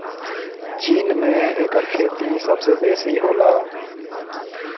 चीन में एकर खेती सबसे बेसी होला